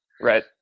Right